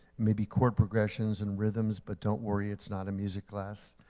maybe chord progressions and rhythms. but don't worry, it's not a music class.